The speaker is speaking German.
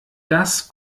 das